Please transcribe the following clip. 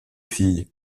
filles